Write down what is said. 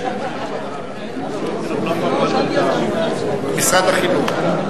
מלגות ומענקים לתלמידים מחוננים במגזר הערבי,